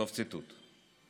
סוף ציטוט.